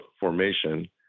formation